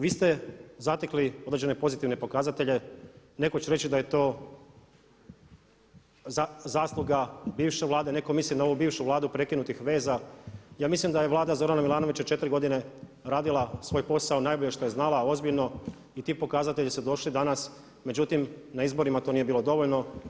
Vi ste zatekli određene pozitivne pokazatelje, neko će reći da je to zasluga bivše Vlade, netko misli na ovu bivšu Vladu prekinutih veza, ja mislim da je Vlada Zorana Milanovića 4 godine radila svoj posao najbolje što je znala, ozbiljno i ti pokazatelji su došli danas, međutim na izborima to nije bilo dovoljno.